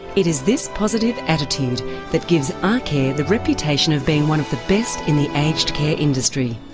it is this positive attitude that gives arcare the reputation of being one of the best in the aged care industry.